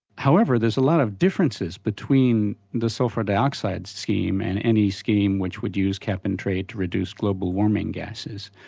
however, there's a lot of differences between the sulphur dioxide scheme and any scheme which would use cap and trade to reduce global warming gases.